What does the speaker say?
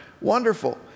Wonderful